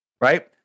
Right